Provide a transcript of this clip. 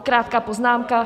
Krátká poznámka.